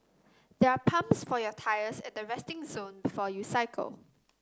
there are pumps for your tyres at the resting zone before you cycle